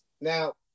Now